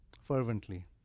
fervently